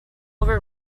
over